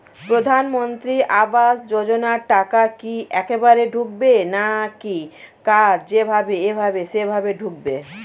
প্রধানমন্ত্রী আবাস যোজনার টাকা কি একবারে ঢুকবে নাকি কার যেভাবে এভাবে সেভাবে ঢুকবে?